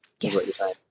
Yes